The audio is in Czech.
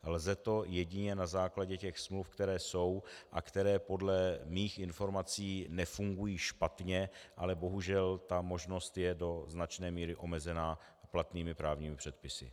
Lze to jedině na základě těch smluv, které jsou a které podle mých informací nefungují špatně, ale bohužel ta možnost je do značné míry omezena platnými právními předpisy.